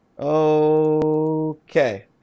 Okay